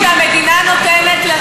זה שירות שהמדינה נותנת לציבור.